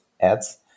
ads